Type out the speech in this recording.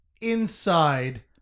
inside